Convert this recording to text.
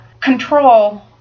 control